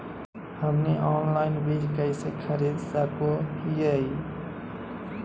हमनी ऑनलाइन बीज कइसे खरीद सको हीयइ?